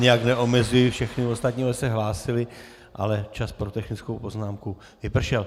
Nijak neomezuji všechny ostatní, kdo se hlásili, ale čas pro technickou poznámku vypršel.